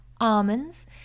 almonds